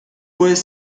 pues